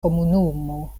komunumo